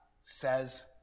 says